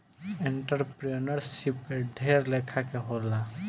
entrepreneurship ढेर लेखा के होला